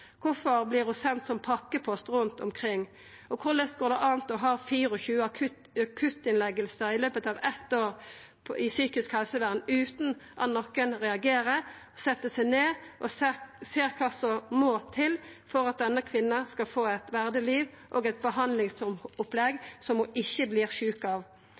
Kvifor vert ho send som pakkepost rundt omkring? Og korleis går det an å ha 24 akuttinnleggingar i løpet av eitt år i psykisk helsevern utan at nokon reagerer, set seg ned og ser kva som må til for at denne kvinna skal få eit verdig liv og eit behandlingsopplegg som ho ikkje vert sjuk av?